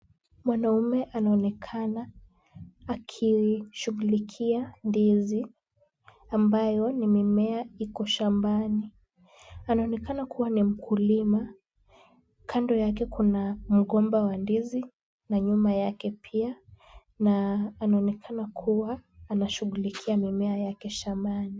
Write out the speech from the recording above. Mwanaume anaonekana akishughulikia ndizi ambayo ni mimea iko shambani. Anaonekana kuwa ni mkulima. Kando yake kuna mgomba wa ndizi na nyuma yake pia na anaonekana kuwa anashughulikia mimea yake shambani.